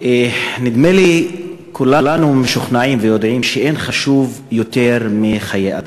נדמה לי שכולנו יודעים ומשוכנעים שאין חשוב יותר מחיי אדם.